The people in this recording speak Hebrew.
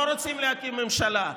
אפילו לא רוצים להקים ממשלה,